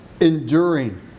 enduring